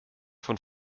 von